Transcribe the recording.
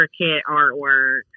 artwork